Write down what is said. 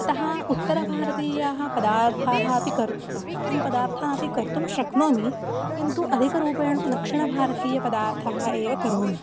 अतः उत्तरभारतीयाः पदार्थाः अपि कर्तुं तान् पदार्थानपि कर्तुं शक्नोमि किन्तु अधिकरूपेण तु दक्षिणभारतीयपदार्थान् एव करोमि